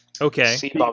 Okay